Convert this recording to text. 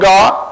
God